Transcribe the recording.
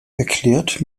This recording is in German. erklärt